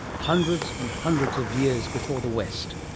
hundreds and hundreds of years before the west.